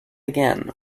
again